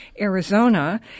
Arizona